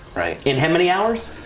right. in how many hours.